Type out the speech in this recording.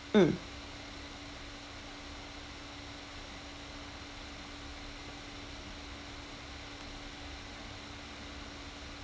mm